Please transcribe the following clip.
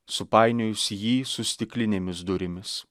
supainiojus jį su stiklinėmis durimis